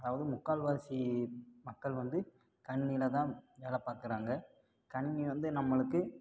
அதாவது முக்கால்வாசி மக்கள் வந்து கணினியில் தான் வேலை பார்க்கறாங்க கணினி வந்து நம்மளுக்கு